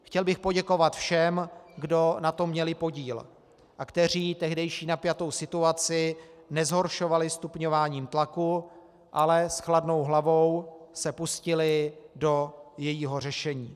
Chtěl bych poděkovat všem, kdo na tom měli podíl a kteří tehdejší napjatou situaci nezhoršovali stupňováním tlaku, ale s chladnou hlavou se pustili do jejího řešení.